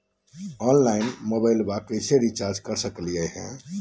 Online मोबाइलबा कैसे recharge कर सकलिए है?